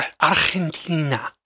Argentina